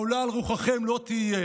העולה על רוחכם לא יהיה.